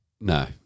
No